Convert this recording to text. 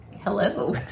Hello